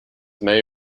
may